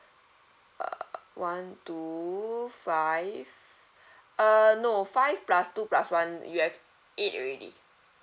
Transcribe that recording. err one two five uh no five plus two plus one you have eight already